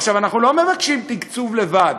עכשיו, אנחנו לא מבקשים תקצוב לבד,